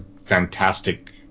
fantastic